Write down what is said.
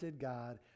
God